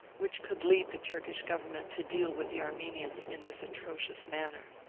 which could lead the turkish government to deal with the armenians in this atrocious manner.